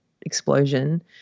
explosion